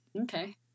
okay